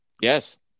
Yes